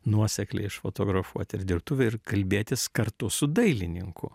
nuosekliai išfotografuoti ir dirbtuvę ir kalbėtis kartu su dailininku